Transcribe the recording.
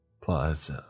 Plus